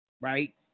right